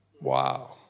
Wow